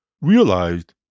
realized